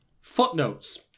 footnotes